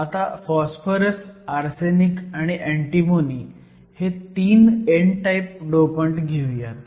आता phosphorus arsenic आणि antimony हे तीन n टाईप डोपंट घेऊयात